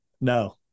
No